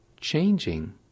changing